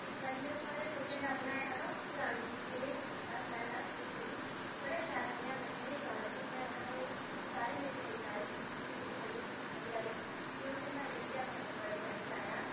इक बारी में भारत दा झंडा बनाया हा ते उसी रंग दित्ते हे चिट्टा सैल्ला ते केसरी ते बड़ा शैल बनेआ हा ते बड्डे नेह् चार्ट पर बनाए दा हा में ते सारें बड़ी तारीफ कीती कि तुसें बड़ी शैल चित्रकारी कीती ते भी में ओह् झंडा अपने आंगनवाड़ी सेंटर लाया